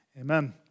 Amen